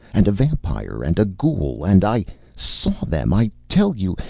and a vampire and a ghoul and i saw them, i tell you.